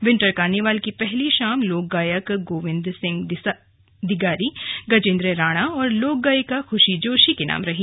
winter carnival की पहली शाम लोक गायक गोविन्द सिंह दिगारी गजेन्द्र राणा और लोक गायिका खुशी जोशी के नाम रही